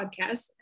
podcast